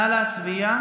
נא להצביע.